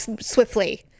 swiftly